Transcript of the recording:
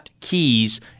Keys